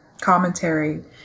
commentary